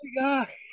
guy